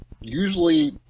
usually